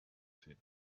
said